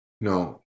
no